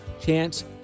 chance